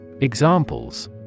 Examples